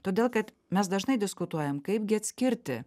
todėl kad mes dažnai diskutuojam kaipgi atskirti